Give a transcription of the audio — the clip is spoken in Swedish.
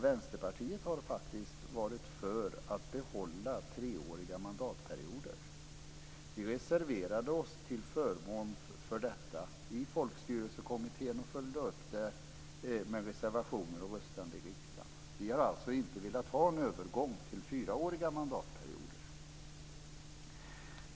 Vänsterpartiet har faktiskt varit för ett behållande av treåriga mandatperioder. Vi reserverade oss till förmån för detta i Folkstyrelsekommittén och följde upp det med reservationer och vid röstandet i riksdagen. Vi har alltså inte velat ha en övergång till fyraåriga mandatperioder.